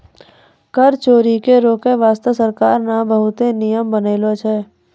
कर चोरी के रोके बासते सरकार ने बहुते नियम बनालो छै